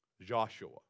Joshua